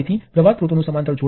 તે I પ્રવાહ સ્ત્રોત ની સમકક્ષ છે